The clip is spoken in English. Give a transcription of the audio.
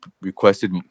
requested